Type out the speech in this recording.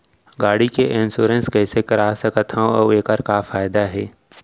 गाड़ी के इन्श्योरेन्स कइसे करा सकत हवं अऊ एखर का फायदा हे?